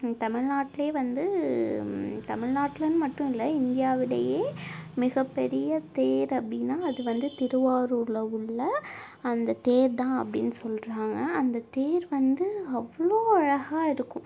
தமிழ்நாட்ல வந்து தமிழ்நாட்ல மட்டுல்ல இந்தியாவிலேயே மிகப்பெரிய தேர் அப்படின்னா அது வந்து திருவாரூரில் உள்ள அந்த தேர் தான் அப்படின்னு சொல்லுறாங்க அந்த தேர் வந்து அவ்வளோ அழகாக இருக்கும்